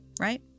right